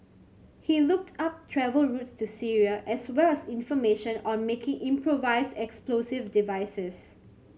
he looked up travel routes to Syria as well as information on making improvised explosive devices